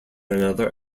another